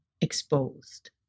exposed